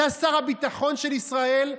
אתה שר הביטחון של ישראל,